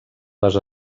les